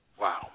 Wow